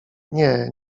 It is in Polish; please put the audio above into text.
nie